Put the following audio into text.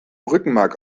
rückenmark